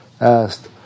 asked